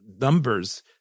numbers